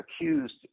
accused